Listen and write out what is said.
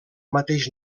mateix